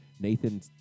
Nathan